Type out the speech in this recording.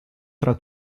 tra